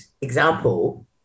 example